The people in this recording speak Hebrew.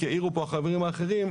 יעירו פה החברים האחרים,